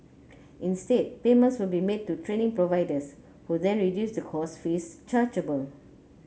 instead payments will be made to training providers who then reduce the course fees chargeable